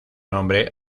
nombre